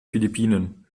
philippinen